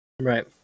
Right